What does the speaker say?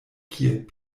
kiel